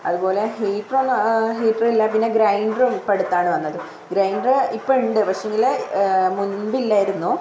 അതുപോലെ ഹീറ്ററൊന്നു ഹീറ്ററില്ല പിന്നെ ഗ്രൈൻ്റർ ഇപ്പം അടുത്താണ് വന്നത് ഗ്രൈൻ്ററ് ഇപ്പം ഉണ്ട് പക്ഷെങ്കിൽ മുമ്പ് ഇല്ലായിരുന്നു